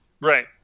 Right